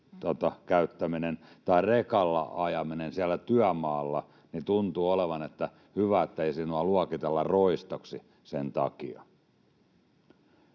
kuin rekalla ajaminen siellä työmaalla — tuntuvat olevan, että hyvä, ettei luokitella roistoksi sen takia?